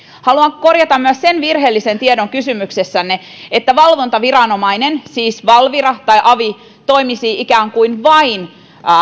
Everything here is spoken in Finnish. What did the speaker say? haluan korjata myös sen virheellisen tiedon kysymyksessänne että valvontaviranomainen siis valvira tai avi toimisi ikään kuin vain